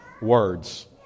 words